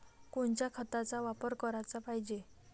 कोनच्या खताचा वापर कराच पायजे?